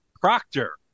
proctor